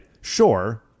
sure